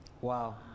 Wow